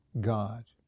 God